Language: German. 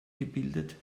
gebildet